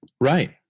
Right